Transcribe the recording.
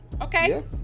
Okay